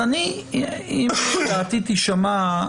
אם דעתי תישמע,